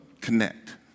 connect